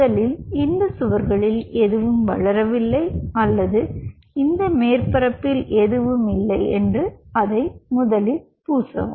முதலில் இந்த சுவர்களில் எதுவும் வளரவில்லை அல்லது இந்த மேற்பரப்பில் இல்லை என்று அதை முதலில் பூசவும்